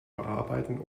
bearbeiten